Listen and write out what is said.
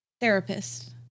therapist